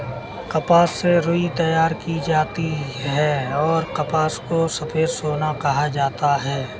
कपास से रुई तैयार की जाती हैंऔर कपास को सफेद सोना कहा जाता हैं